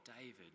David